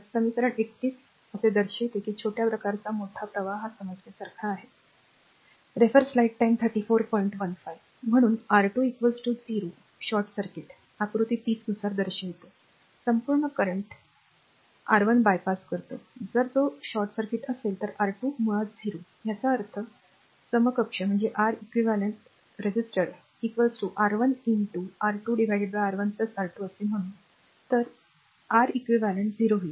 समीकरण 31 असे दर्शविते की छोट्या प्रतिकाराचा मोठा प्रवाह हा समजण्यासारखा आहे म्हणून R2 0 शॉर्ट सर्किट आकृती 30 नुसार दर्शवितो संपूर्ण करंट I R1 बायपास करतो जर तो शॉर्ट सर्किट असेल तर R2 r मुळात 0 याचा अर्थ समकक्ष प्रतिकार R eq R1 R2 R1 R2 असे म्हणू तर आर eq 0 होईल